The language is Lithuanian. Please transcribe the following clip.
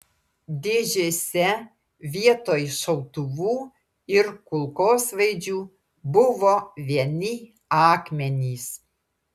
dėžėse vietoj šautuvų ir kulkosvaidžių buvo vieni akmenys